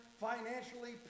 financially